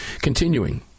Continuing